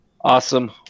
awesome